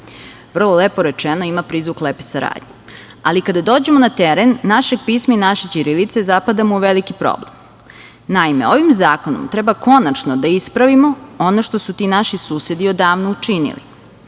Vrlo lepo rečeno i ima prizvuk lepe saradnje. Ali, kada dođemo na teren našeg pisma i naše ćirilice zapadamo u veliki problem. Naime, ovim zakonom treba konačno da ispravimo ono što su ti naši susedi odavno učinili.